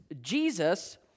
Jesus